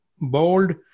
Bold